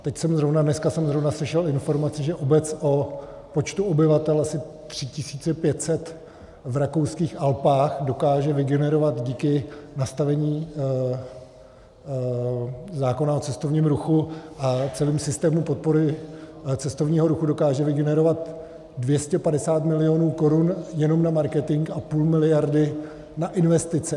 Teď jsem zrovna dneska slyšel informaci, že obec o počtu obyvatel asi 3 500 v rakouských Alpách dokáže vygenerovat díky nastavení zákona o cestovním ruchu a v celém systému podpory cestovního ruchu dokáže vygenerovat 250 milionů korun jenom na marketing a půl miliardy na investice.